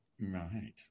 Right